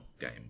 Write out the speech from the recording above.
game